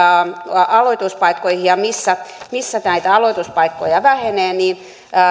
aloituspaikkoihin ja missä missä aloituspaikkoja vähenee ja